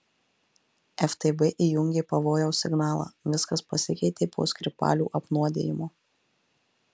ftb įjungė pavojaus signalą viskas pasikeitė po skripalių apnuodijimo